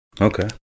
Okay